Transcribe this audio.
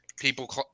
people